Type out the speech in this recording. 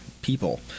people